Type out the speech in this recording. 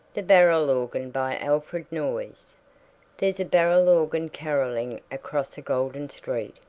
the barrel organ by alfred noyes there's a barrel-organ caroling across a golden street,